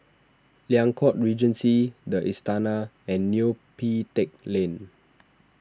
Liang Court Regency the Istana and Neo Pee Teck Lane